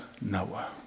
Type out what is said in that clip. Noah